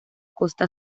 costa